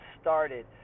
started